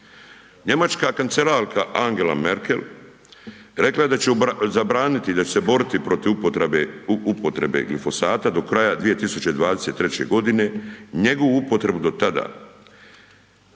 Njemačka kancelarka Angela Merkel rekla je da će zabraniti i da će se boriti protiv upotrebe, upotrebe glifosata do kraja 2023.g., njegovu upotrebu do tada,